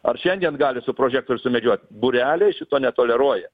ar šiandien gali su prožektoriu sumedžiot būreliai šito netoleruoja